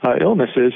illnesses